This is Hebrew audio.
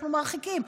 אנחנו מרחיקים.